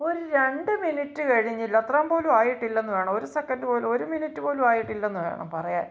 ഒരു രണ്ടു മിന്റ്റ് കഴിഞ്ഞില്ല അത്രയും പോലും ആയിട്ടില്ല എന്ന് വേണം ഒരു സെക്കൻറ്റ് പോലും ഒരു മിനുട്ട് പോലും ആയിട്ടില്ല എന്ന് വേണം പറയാന്